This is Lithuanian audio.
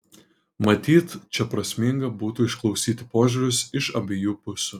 matyt čia prasminga būtų išklausyti požiūrius iš abiejų pusių